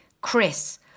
Chris